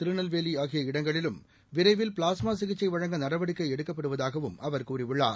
திருநெல்வேலி ஆகிய இடங்களிலும் விரைவில் பிளாஸ்மா சிகிச்சை வழங்க நடவடிக்கை எடுக்கப்படுவதாகவும் அவர் கூறியுள்ளார்